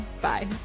Bye